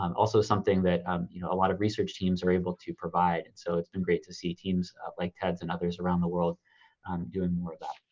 um also, something that um you know a lot of research teams are able to provide. and so it's been great to see teams like ted's and others around the world um doing more of that.